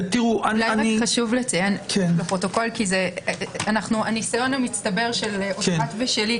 אני רוצה לציין לפרוטוקול כי הניסיון המצטבר של אשרת ושלי,